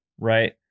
Right